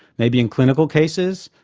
maybe in clinical cases,